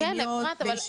זה לא עובד.